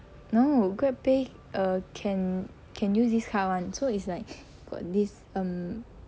no GrabPay err can can use this card [one] so it's like got this um